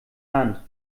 hand